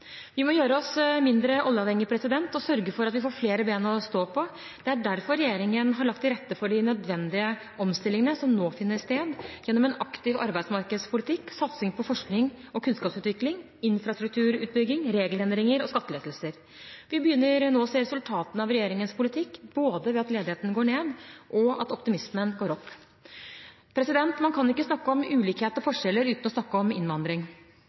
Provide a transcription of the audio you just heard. Vi må gjøre oss mindre oljeavhengige og sørge for at vi får flere ben å stå på. Det er derfor regjeringen har lagt til rette for de nødvendige omstillingene som nå finner sted, gjennom en aktiv arbeidsmarkedspolitikk, satsing på forskning og kunnskapsutvikling, infrastrukturutbygging, regelendringer og skattelettelser. Vi begynner nå å se resultatene av regjeringens politikk, både ved at ledigheten går ned, og ved at optimismen går opp. Man kan ikke snakke om ulikhet og forskjeller uten å snakke om innvandring.